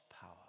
power